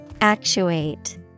Actuate